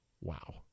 Wow